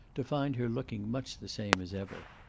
to find her looking much the same as ever.